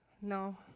no